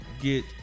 get